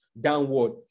downward